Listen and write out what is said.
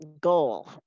goal